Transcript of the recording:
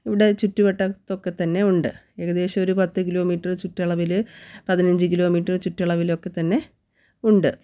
ഇവിടെ ചുറ്റുവട്ടത്തൊക്കെ തന്നെ ഉണ്ട് ഏകദേശം ഒരു പത്ത് കിലോമീറ്റർ ചുറ്റളവിൽ പതിനഞ്ച് കിലോമീറ്റർ ചുറ്റളവിലൊക്കെ തന്നെ ഉണ്ട്